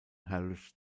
herald